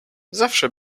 zawsze